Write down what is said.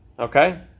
Okay